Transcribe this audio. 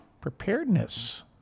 preparedness